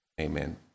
Amen